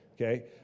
Okay